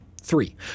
Three